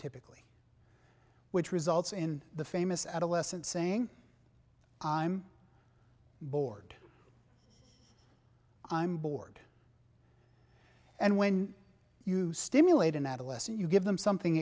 tipping which results in the famous adolescent saying i'm bored i'm bored and when you stimulate an adolescent you give them something